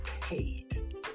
paid